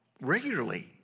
regularly